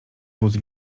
wóz